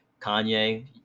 Kanye